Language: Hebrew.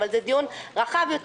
אבל זה דיון רחב יותר,